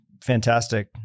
fantastic